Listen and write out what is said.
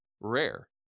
rare